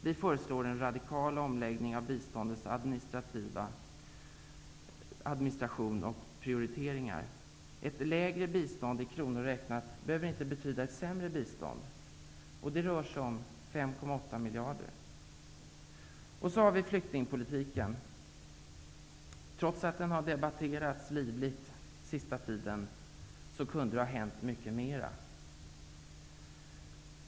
Vi föreslår prioriteringar och en radikal omläggning av biståndets administration. Ett lägre bistånd i kronor räknat behöver inte betyda ett sämre bistånd. Det rör sig om 5,8 miljarder. Trots att flyktingpolitiken har debatterats livligt under den senaste tiden har det inte hänt så mycket.